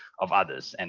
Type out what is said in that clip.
of others. and